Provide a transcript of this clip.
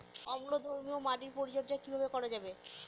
অম্লধর্মীয় মাটির পরিচর্যা কিভাবে করা যাবে?